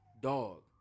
Dog